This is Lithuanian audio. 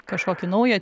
kažkokį naują